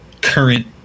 current